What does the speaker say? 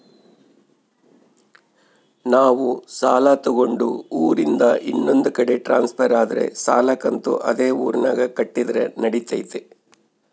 ನಾವು ಸಾಲ ತಗೊಂಡು ಊರಿಂದ ಇನ್ನೊಂದು ಕಡೆ ಟ್ರಾನ್ಸ್ಫರ್ ಆದರೆ ಸಾಲ ಕಂತು ಅದೇ ಊರಿನಾಗ ಕಟ್ಟಿದ್ರ ನಡಿತೈತಿ?